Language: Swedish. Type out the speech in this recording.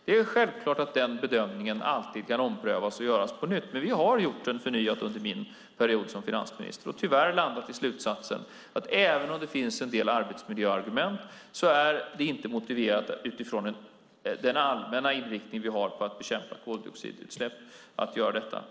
Det är självklart att denna bedömning alltid kan omprövas och göras på nytt, men vi har gjort den förnyat under min tid som finansminister. Tyvärr har vi landat i slutsatsen att även om det finns en del arbetsmiljöargument är det inte motiverat att utifrån den allmänna inriktning vi har på att bekämpa koldioxidutsläpp göra detta.